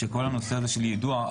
שכל הנושא הזה של היידוע,